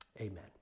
amen